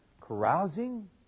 Carousing